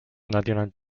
national